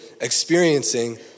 experiencing